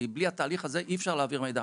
כי בלי התהליך הזה אי אפשר להעביר מידע,